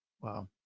Wow